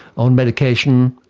on medication,